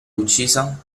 uccisa